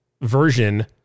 version